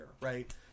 right